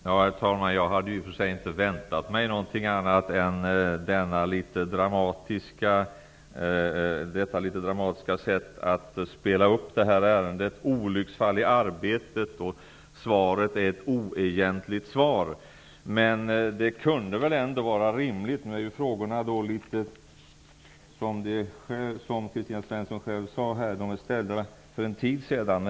Herr talman! Jag hade i och för sig inte väntat mig något annat än detta litet dramatiska sätt att spela upp detta ärende. ''Olycksfall i arbetet'' och ''svaret är ett oegentligt svar''. Precis som Kristina Svensson sade ställdes frågorna för en tid sedan.